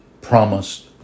promised